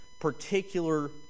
particular